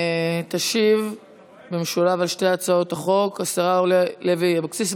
תשיב במשולב על שתי הצעות החוק השרה לוי אבקסיס,